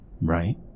Right